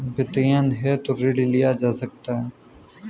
वित्तीयन हेतु ऋण लिया जा सकता है